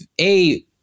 A-